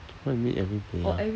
what you mean every player